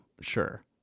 sure